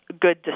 good